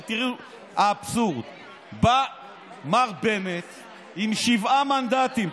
תראו את האבסורד: בא מר בנט עם שבעה מנדטים,